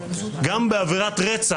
חבר הכנסת רוטמן,